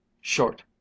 short